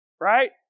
right